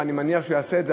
ואני מניח שהוא יעשה את זה,